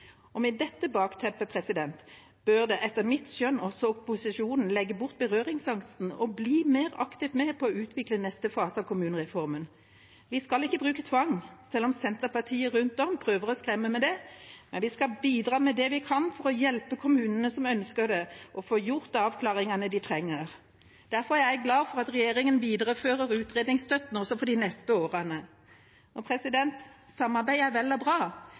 årene. Med dette bakteppet bør etter mitt skjønn også opposisjonen legge bort berøringsangsten og bli mer aktivt med på å utvikle neste fase av kommunereformen. Vi skal ikke bruke tvang, selv om Senterpartiet rundt omkring prøver å skremme med det, men vi skal bidra med det vi kan, for å hjelpe kommunene som ønsker det, med å få gjort avklaringene de trenger. Derfor er jeg glad for at regjeringen viderefører utredningsstøtten også for de neste årene. Samarbeid er vel og bra,